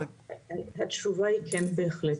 כן, בהחלט.